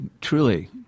truly